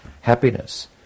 happiness